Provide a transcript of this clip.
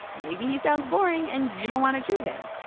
maybe he sounds boring and you don't want to choose him.